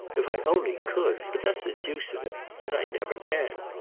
if i only could! but that's the deuce of it that i never can.